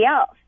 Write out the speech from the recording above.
else